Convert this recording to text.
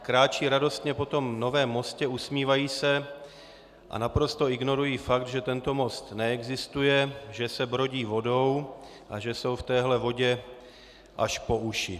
Kráčejí radostně po tom novém mostě, usmívají se a naprosto ignorují fakt, že tento most neexistuje, že se brodí vodou a že jsou v téhle vodě až po uši.